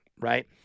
right